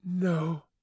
No